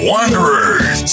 Wanderers